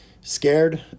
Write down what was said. scared